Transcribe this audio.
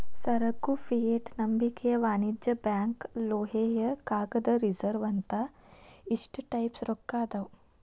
ಸರಕು ಫಿಯೆಟ್ ನಂಬಿಕೆಯ ವಾಣಿಜ್ಯ ಬ್ಯಾಂಕ್ ಲೋಹೇಯ ಕಾಗದದ ರಿಸರ್ವ್ ಅಂತ ಇಷ್ಟ ಟೈಪ್ಸ್ ರೊಕ್ಕಾ ಅದಾವ್